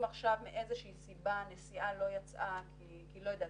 אם עכשיו מאיזו שהיא סיבה נסיעה לא יצאה כי לא יודעת,